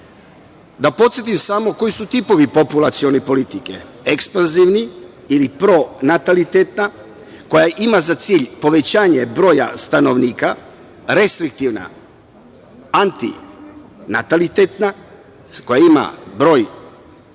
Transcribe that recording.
Da podsetim samo koji su tipovi populacione politike – ekspanzivni ili pronatalitetna, koja ima za cilj povećanje broja stanovnika, restriktivna, antinatalitetna, koja ima